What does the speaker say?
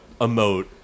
emote